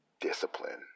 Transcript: discipline